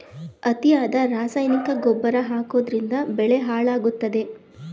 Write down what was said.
ಅತಿಯಾಗಿ ರಾಸಾಯನಿಕ ಗೊಬ್ಬರ ಹಾಕೋದ್ರಿಂದ ಬೆಳೆ ಹಾಳಾಗುತ್ತದೆ